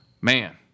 Man